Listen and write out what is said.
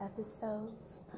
episodes